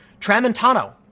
Tramontano